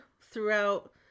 throughout